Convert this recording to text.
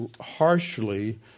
harshly